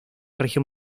región